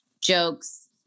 jokes